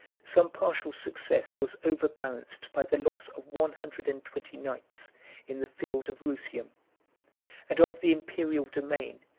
some partial success was overbalanced by the loss of one hundred and twenty knights in the field of rusium and of the imperial domain,